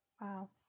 Wow